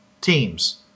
teams